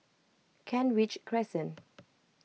Kent Ridge Crescent